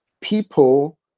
people